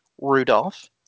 Rudolph